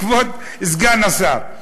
כבוד סגן השר,